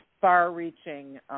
far-reaching